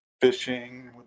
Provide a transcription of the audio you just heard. Fishing